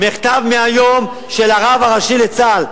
מכתב מהיום של הרב הראשי לצה"ל.